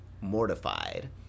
mortified